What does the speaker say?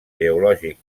geològic